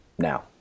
now